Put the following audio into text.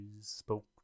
spoke